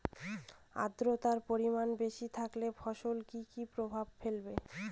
আদ্রর্তার পরিমান বেশি থাকলে ফসলে কি কি প্রভাব ফেলবে?